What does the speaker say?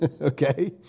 okay